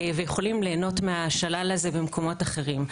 ויכולים ליהנות מהשלל הזה במקומות אחרים.